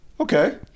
Okay